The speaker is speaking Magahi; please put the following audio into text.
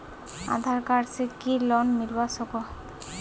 आधार कार्ड से की लोन मिलवा सकोहो?